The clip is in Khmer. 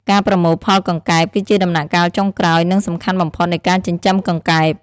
ការប្រមូលផលកង្កែប គឺជាដំណាក់កាលចុងក្រោយ និងសំខាន់បំផុតនៃការចិញ្ចឹមកង្កែប។